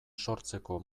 sortzeko